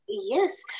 Yes